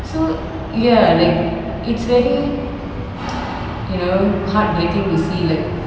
so ya like it's very you know heartbreaking to see like